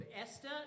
Esther